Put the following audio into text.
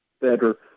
better